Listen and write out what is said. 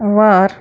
वर